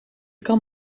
kan